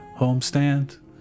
homestand